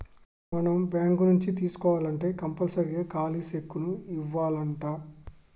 మనం బాంకు నుంచి తీసుకోవాల్నంటే కంపల్సరీగా ఖాలీ సెక్కును ఇవ్యానంటా